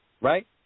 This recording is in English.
right